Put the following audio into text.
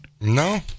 No